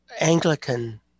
Anglican